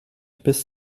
bis